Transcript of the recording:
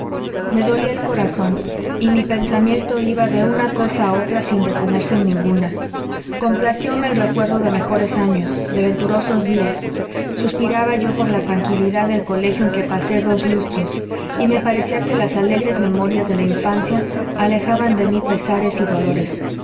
me dolía el corazón y mi pensamiento iba de una cosa a otra sin detenerse en ninguna complacióme el recuerdo de mejores años de venturosos días suspiraba yo por la tranquilidad del colegio en que pasé dos lustros y me parecía que las alegres memorias de la infancia alejaban de mí pesares y dolores